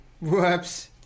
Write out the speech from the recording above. Whoops